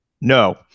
No